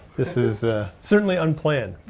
this is certainly unplanned,